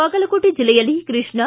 ಬಾಗಲಕೋಟೆ ಜಿಲ್ಲೆಯಲ್ಲಿ ಕೃಷ್ಣಾ